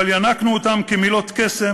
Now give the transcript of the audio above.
אבל ינקנו אותן כמילות קסם,